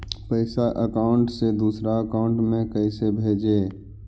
पैसा अकाउंट से दूसरा अकाउंट में कैसे भेजे?